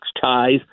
ties